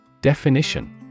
Definition